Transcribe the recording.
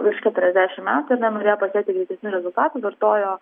virš keturiasdešimt metų ar ne norėjo pasiekti greitesnių rezultatų vartojo